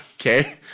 Okay